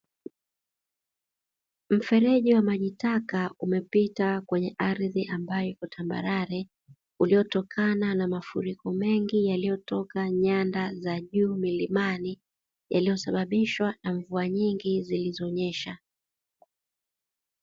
Mfereji wa maji taka umepita kwenye ardhi ambayo ipo tambarare, uliotokana na mafuriko mengi yaliyotoka nyanda za juu milimani, yaliyosababishwa na mvua nyingi zilizonyesha.